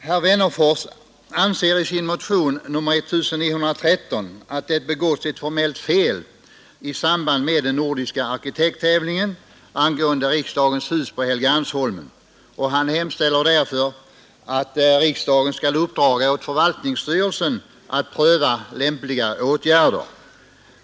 Herr Wennerfors anser i sin motion 1913 att det begåtts ett formellt fel i samband med den nordiska arkitekttävlingen angående riksdagens hus på Helgeandsholmen, och han hemställer därför att riksdagen skall uppdraga åt förvaltningsstyrelsen att pröva lämpliga åtgärder.